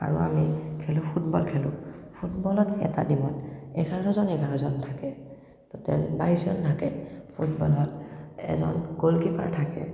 আৰু আমি খেলোঁ ফুটবল খেলোঁ ফুটবলত এটা টিমত এঘাৰজন এঘাৰজন থাকে টোটেল বাইছজন থাকে ফুটবলত এজন গ'ল কিপাৰ থাকে